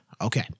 okay